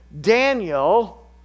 Daniel